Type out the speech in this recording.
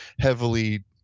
heavily